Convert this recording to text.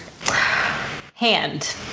Hand